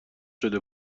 شده